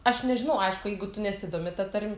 aš nežinau aišku jeigu tu nesidomi ta tarm